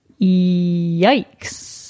Yikes